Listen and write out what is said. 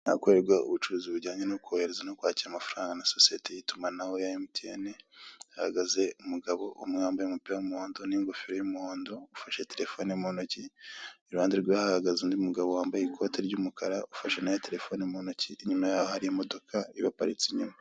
Ahakorerwa ubucuruzi bujyanye no kohereza no kwakira amafaranga na sosiyete y'itumanaho ya Mtn hahagaze umugabo umwe wamabaye umupira w'umuhondo n'ingofero y'umuhondo ufashe telefone mu ntoki, i ruhande rwe hahagaze undi mugabo wambaye ikote ry'umukara ufashe nawe telefone mu ntoki i nyuma yabo hari imodoka ibaparitse inyuma.